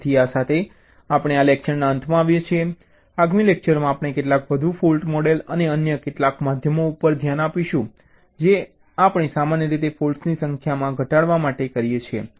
તેથી આ સાથે આપણે આ લેક્ચરના અંતમાં આવીએ છીએ આગામી લેક્ચરમાં આપણે કેટલાક વધુ ફૉલ્ટ મોડલ અને અન્ય કેટલાક માધ્યમો ઉપર ધ્યાન આપીશું જે આપણે સામાન્ય રીતે ફૉલ્ટ્સની સંખ્યા ઘટાડવા માટે કરીએ છીએ